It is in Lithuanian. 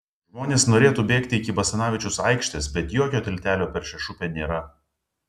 žmonės norėtų bėgti iki basanavičiaus aikštės bet jokio tiltelio per šešupę nėra